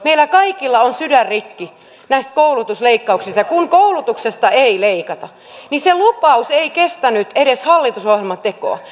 meillä kaikilla on sydän rikki näistä koulutusleikkauksista ja kun koulutuksesta ei leikata niin se lupaus ei kestänyt edes hallitusohjelman tekoa